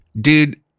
Dude